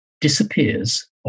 disappears